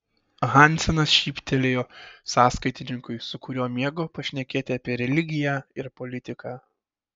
hansenas šyptelėjo sąskaitininkui su kuriuo mėgo pašnekėti apie religiją ir politiką